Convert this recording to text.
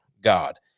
God